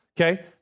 Okay